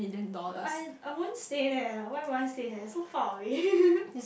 but I I won't stay there why would I stay there so far away